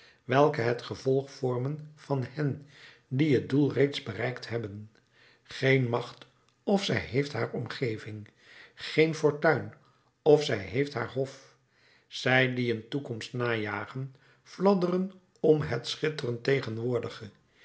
welke het gevolg vormen van hen die het doel reeds bereikt hebben geen macht of zij heeft haar omgeving geen fortuin of zij heeft haar hof zij die een toekomst najagen fladderen om het schitterend tegenwoordige